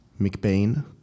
McBain